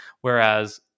whereas